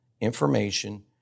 information